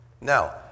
Now